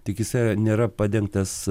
tik jisai nėra padengtas